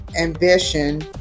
ambition